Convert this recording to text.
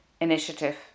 initiative